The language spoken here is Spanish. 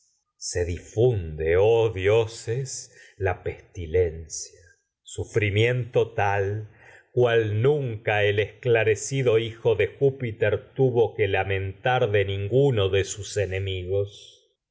lágrimas difunde oh dioses la pestilencia sufrimiento tal cual nunca el esclarecido hijo de júpiter tuvo que lamentar de ninguno de devastadora sus enemigos